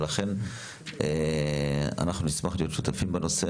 לכן אנחנו נשמח להיות שותפים בנושא,